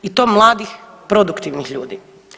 I to mladih produktivnih ljudi.